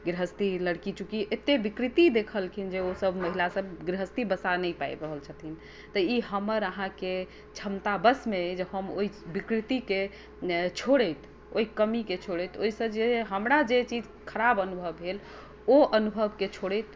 गृहस्थी लड़की चूँकि एतेक विकृति देखलखिन जे ओसभ महिलासभ गृहस्थी बसा नहि पाबि रहल छथिन तऽ ई हमर अहाँके क्षमता वशमे अइ कि जे हम ओहि विकृतिके छोड़ैत ओहि कमीके छोड़ैत ओहिसँ जे हमरा जे चीज खराब अनुभव भेल ओ अनुभवके छोड़ैत